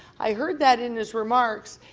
i heard that in his remarks.